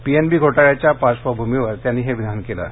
P N B घोटाळ्याच्या पार्श्वभूमीवर त्यांनी हे विधान केलं आहे